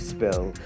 Spill